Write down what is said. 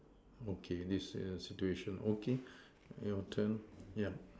okay this err situation okay your turn yup